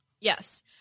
yes